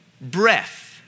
breath